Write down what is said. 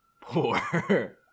Poor